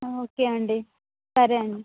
okay అండి సరే అండి